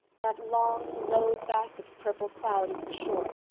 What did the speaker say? that long, low back of purple cloud is the shore,